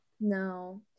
no